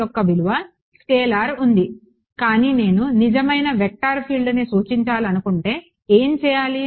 యొక్క విలువ స్కేలార్ ఉంది కానీ నేను నిజమైన వెక్టర్ ఫీల్డ్ను సూచించాలనుకుంటే ఏమి చేయాలి